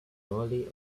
mali